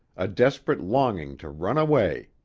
a desperate longing to run away.